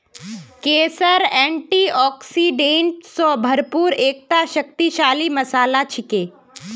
केसर एंटीऑक्सीडेंट स भरपूर एकता शक्तिशाली मसाला छिके